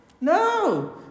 No